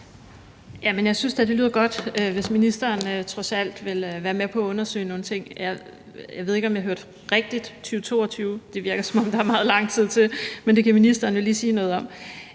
jeg synes da, det lyder godt, hvis ministeren trods alt vil være med på at undersøge nogle ting. Jeg ved ikke, om jeg hørte rigtigt. 2022 – det virker, som om der er meget lang tid til. Men det kan ministeren jo lige sige noget om.